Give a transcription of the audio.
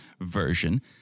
version